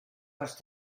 pots